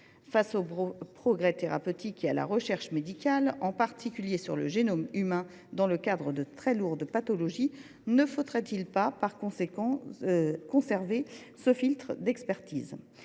Face aux progrès thérapeutiques et à la recherche médicale, en particulier sur le génome humain dans le cadre des très lourdes pathologies, ne faudrait il pas conserver ce filtre d’expertise ?